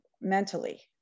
mentally